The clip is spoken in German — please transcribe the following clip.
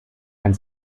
ein